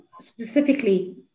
specifically